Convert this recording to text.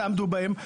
תעמדו בהם,